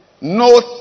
no